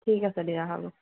ঠিক আছে দিয়া হ'ব